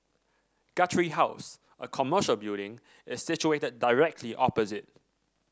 Guthrie House a commercial building is situated directly opposite